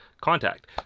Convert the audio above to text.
contact